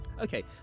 okay